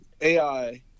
AI